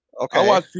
okay